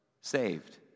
saved